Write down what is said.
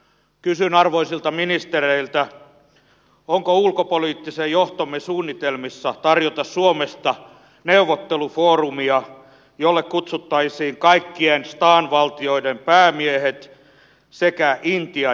kysyn arvoisilta ministereiltä onko ulkopoliittisen johtomme suunnitelmissa tarjota suomesta neuvottelufoorumia jolle kutsuttaisiin kaikkien stan valtioiden päämiehet sekä intia ja iran